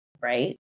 right